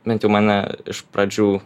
bent jau mane iš pradžių